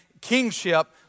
kingship